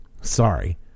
Sorry